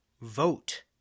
vote